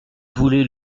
voulez